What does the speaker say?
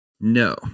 No